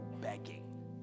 begging